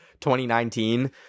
2019